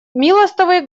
милостивый